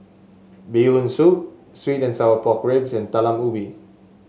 Bee Hoon Soup sweet and Sour Pork Ribs and Talam Ubi